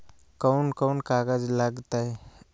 कौन कौन कागज लग तय?